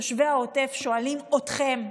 תושבי העוטף שואלים אתכם,